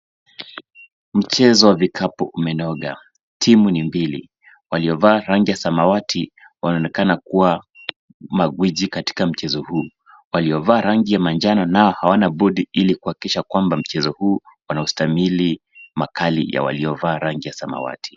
Mchezo wa vikapu umenoga. Timu ni mbili, waliovaa rangi ya samawati wanaonekana kuwa magwiji katika mchezo huu. Waiovaa rangi ya manjano nao hawana budi ili kuhakikisha kuwa mchezo huu wanaustahimili makali ya waliovaa rangi ya samawati.